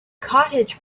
cottage